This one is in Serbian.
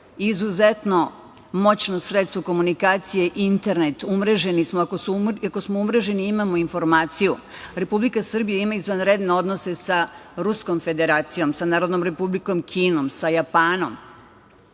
izuzetno moćno sredstvo komunikacije internet, ako smo umreženi imamo informaciju. Republika Srbija ima izvanredne odnose sa Ruskom Federacijom, sa Narodnom Republikom Kinom, sa Japanom,